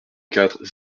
quatre